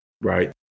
Right